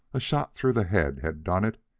a shot through the head had done it,